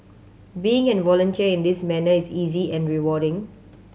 being an volunteer in this manner is easy and rewarding